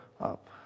up